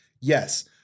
yes